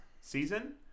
season